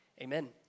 Amen